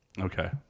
Okay